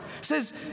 says